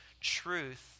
Truth